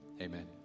Amen